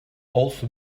also